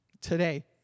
today